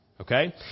Okay